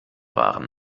waren